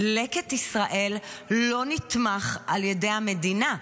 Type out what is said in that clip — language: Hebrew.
לקט ישראל לא נתמך על ידי המדינה.